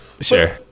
Sure